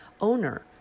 owner